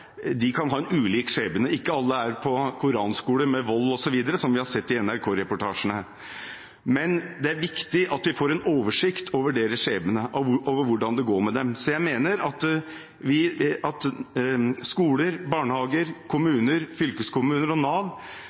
de mest utsatte landene, kan ha ulik skjebne. Ikke alle er på koranskole med vold osv., som vi har sett i NRK-reportasjene, men det er viktig at vi får en oversikt over deres skjebne, over hvordan det går med dem. Jeg mener at skoler, barnehager, kommuner, fylkeskommuner og Nav